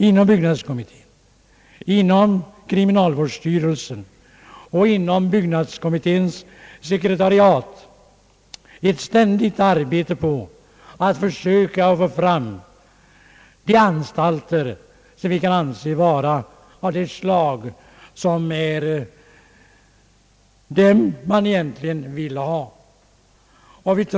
Inom byggnadskommittén, kriminalvårdsstyrelsen och byggnadskommittens sekretariat arbetar man oavlåtligt på att söka få fram anstalter av det slag som man egentligen vill ha.